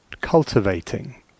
cultivating